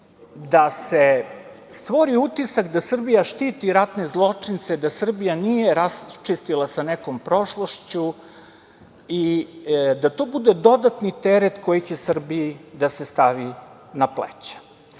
da se stvori utisak da Srbija štiti ratne zločince, da Srbija nije raščistila sa nekom prošlošću i da to bude dodatni teret koji će Srbiji da se stavi na